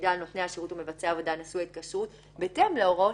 מידע על נותן השירות או מבצע העבודה נשוא ההתקשרות בהתאם להוראות